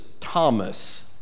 Thomas